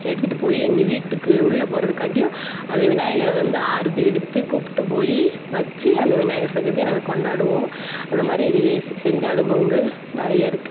எடுத்துகிட்டு போய் எங்கள் வீட்டுக்கு உள்ளே போகிறதுக்காட்டியும் அந்த விநாயகரை வந்து ஆரத்தி எடுத்து கூப்பிட்டு போய் வச்சு அந்த விநாயகர் சதுர்த்தியை நாங்கள் கொண்டாடுவோம் அந்தமாதிரி இதையை செ செஞ்ச அனுபவங்கள் நிறையா இருக்குது